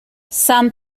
some